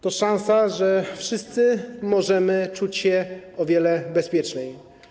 To szansa, że wszyscy możemy czuć się o wiele bezpieczniej.